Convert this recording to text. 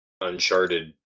Uncharted